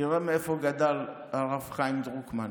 תראה איפה גדל הרב חיים דרוקמן,